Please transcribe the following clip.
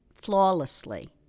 flawlessly